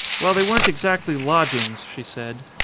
well, they weren't exactly lodgings, she said.